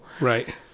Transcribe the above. Right